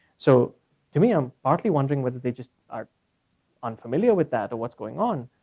so to me, i'm frankly wondering whether they just are unfamiliar with that or what's going on,